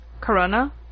Corona